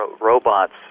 robots